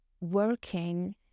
working